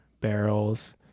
barrels